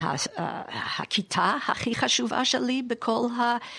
הכיתה הכי חשובה שלי בכל ה...